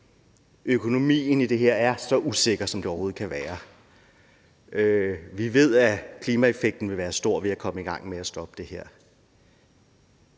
økonomien i det her er så usikker, som den overhovedet kan være. Vi ved, at klimaeffekten vil være stor ved at komme i gang med at stoppe det her,